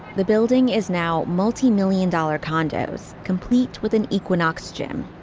the building is now multi-million dollar condos complete with an equinox gym.